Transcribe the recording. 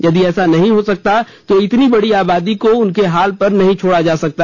यदि ऐसा नहीं हो सकता तो इतनी बड़ी आबादी को उनके हाल पर नहीं छोड़ा जा सकता